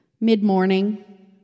mid-morning